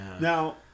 Now